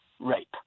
rape